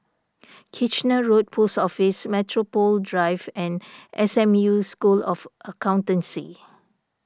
Kitchener Road Post Office Metropole Drive and S M U School of Accountancy